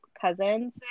cousins